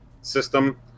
system